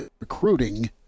recruiting